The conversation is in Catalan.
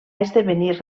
esdevenir